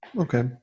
Okay